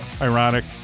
ironic